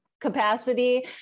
capacity